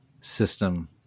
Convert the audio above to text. system